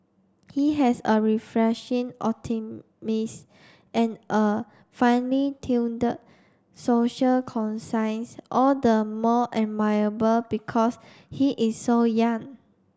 he has a refreshing optimist and a finely tuned social conscience all the more admirable because he is so young